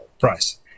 price